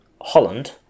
Holland